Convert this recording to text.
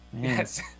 Yes